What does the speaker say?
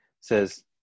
says